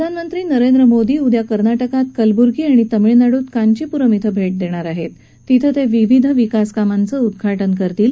प्रधानमंत्री नरेंद्र मोदी उद्या कर्ना कात कलबुर्गी आणि तमिळनाडूत कांचीपुरम् इथं भ दण्णर आहस तिथं ता शिविध विकासकामांचं उद्घात्र करतील